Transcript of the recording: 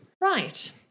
right